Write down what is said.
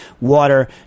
water